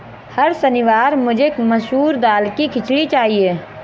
हर शनिवार मुझे मसूर दाल की खिचड़ी चाहिए